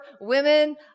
women